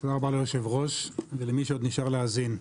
תודה רבה ליושב ראש ולמי שעוד נשאר להאזין.